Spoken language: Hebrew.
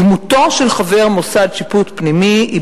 דמותו של חבר מוסד שיפוט פנימי היא